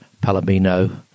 Palomino